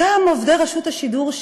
אותם עובדי רשות השידור,